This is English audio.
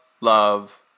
love